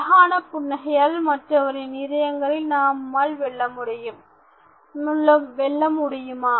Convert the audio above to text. அழகான புன்னகையால் மற்றவரின் இதயங்களை நம்மால் வெல்ல முடியுமா